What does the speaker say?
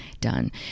done